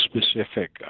specific